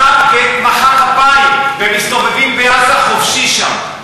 ומחא כפיים, והם מסתובבים בעזה חופשי שם.